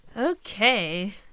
Okay